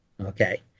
Okay